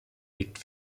legt